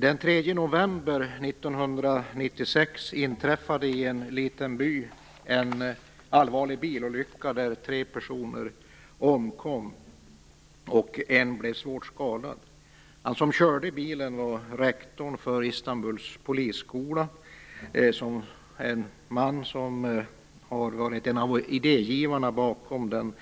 Den 3 november 1996 inträffade en allvarlig bilolycka i en liten by där tre personer omkom och en blev svårt skadad. Han som körde bilen var rektor för Istanbuls polisskola - en man som varit en av idégivarna bakom den